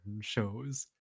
shows